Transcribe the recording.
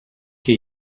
que